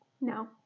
no